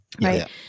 Right